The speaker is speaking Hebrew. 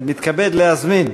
מתכבד להזמין,